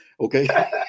okay